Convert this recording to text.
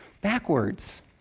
backwards